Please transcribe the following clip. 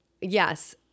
Yes